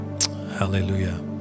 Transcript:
Hallelujah